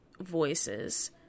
voices